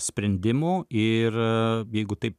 sprendimų ir jeigu taip